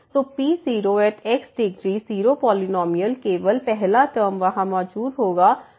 तो P0 degree 0 polynomial केवल पहला टर्म वहां मौजूद होगा और e0 सिर्फ 1 होगा